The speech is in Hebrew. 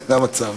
זה המצב.